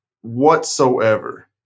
whatsoever